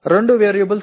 இரண்டு மாறிகள் உள்ளன